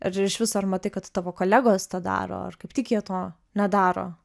ar ir iš viso ar matai kad tavo kolegos tą daro ar kaip tik jie to nedaro